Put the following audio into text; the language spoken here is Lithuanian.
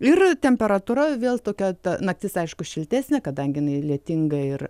ir temperatūra vėl tokia ta naktis aišku šiltesnė kadangi jinai lietinga ir